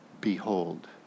behold